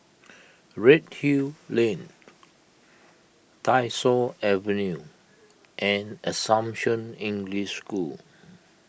Redhill Lane Tyersall Avenue and Assumption English School